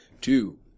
Two